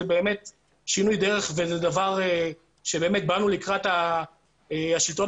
זה באמת שינוי דרך ודבר שבאנו לקראת השלטון